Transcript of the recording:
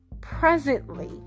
presently